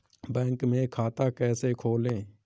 Bank में खाता कैसे खोलें?